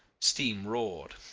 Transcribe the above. steam roared.